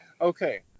okay